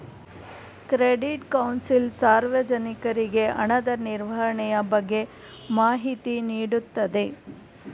credit council ಸಾರ್ವಜನಿಕರಿಗೆ ಹಣದ ನಿರ್ವಹಣೆಯ ಬಗ್ಗೆ ಮಾಹಿತಿ ನೀಡುತ್ತದೆ